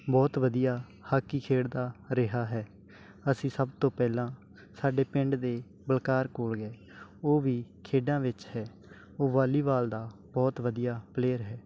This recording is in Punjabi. ਬਹੁਤ ਵਧੀਆ ਹਾਕੀ ਖੇਡ ਦਾ ਰਿਹਾ ਹੈ ਅਸੀਂ ਸਭ ਤੋਂ ਪਹਿਲਾਂ ਸਾਡੇ ਪਿੰਡ ਦੇ ਬਲਕਾਰ ਕੋਲ ਗਏ ਉਹ ਵੀ ਖੇਡਾਂ ਵਿੱਚ ਹੈ ਉਹ ਵਾਲੀਬਾਲ ਦਾ ਬਹੁਤ ਵਧੀਆ ਪਲੇਅਰ ਹੈ